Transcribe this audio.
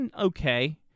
okay